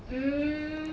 mm